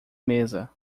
mesa